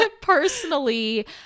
Personally